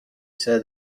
said